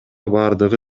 бардыгы